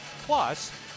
Plus